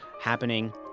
happening